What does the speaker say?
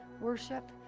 worship